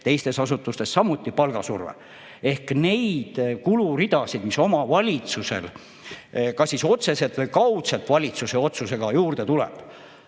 teistes asutustes – samuti palgasurve. Seega neid eelarve kuluridasid, mis omavalitsustel kas siis otseselt või kaudselt valitsuse otsusega juurde tuleb,